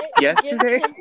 yesterday